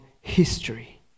history